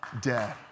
dead